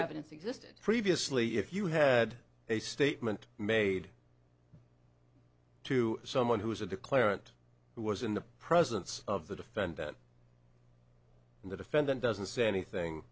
evidence existed previously if you had a statement made to someone who was a declarant who was in the presence of the defendant and the defendant doesn't say anything